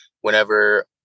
whenever